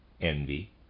envy